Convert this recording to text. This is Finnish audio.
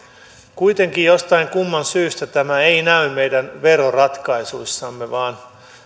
kuitenkaan jostain kumman syystä tämä ei näy meidän veroratkaisuissamme vaan